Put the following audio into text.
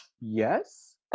yes